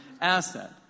asset